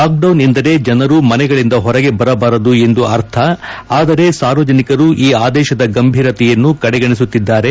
lockdown ಎಂದರೆ ಜನರು ಮನೆಗಳಿಂದ ಹೊರಗೆ ಬರಬಾರದು ಎಂದು ಅರ್ಥ ಆದರೆ ಸಾರ್ವಜನಿಕರು ಈ ಆದೇಶದ ಗಂಭೀರತೆಯನ್ನು ಕಡೆಗಣಿಸುತ್ತಿದ್ದಾರೆ